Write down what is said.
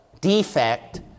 defect